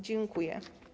Dziękuję.